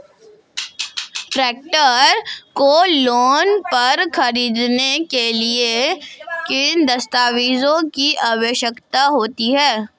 Tractor को loan पर खरीदने के लिए किन दस्तावेज़ों की आवश्यकता होती है?